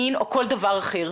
מין או כל דבר אחר.